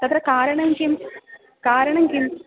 तत्र कारणं किं कारणं किम्